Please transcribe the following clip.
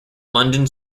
london